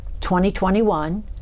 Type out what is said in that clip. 2021